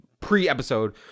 Pre-episode